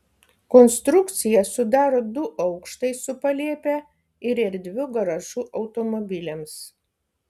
konstrukciją sudaro du aukštai su palėpe ir erdviu garažu automobiliams